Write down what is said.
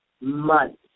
months